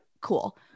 Cool